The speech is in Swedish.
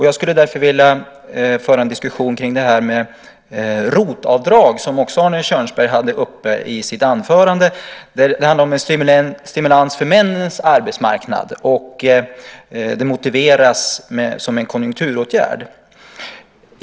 Jag skulle därför vilja föra en diskussion kring ROT-avdrag, som Arne Kjörnsberg också tog upp i sitt anförande. Det handlar om en stimulans för männens arbetsmarknad och motiveras som en konjunkturåtgärd.